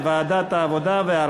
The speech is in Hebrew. לוועדת העבודה,